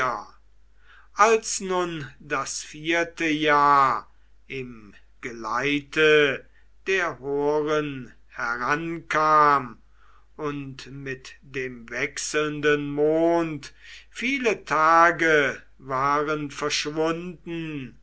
als nun das vierte jahr im geleite der horen herankam und mit dem wechselnden mond viel tage waren verschwunden